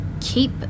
keep